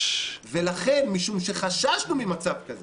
ולכן, משום שחששנו ממצב כזה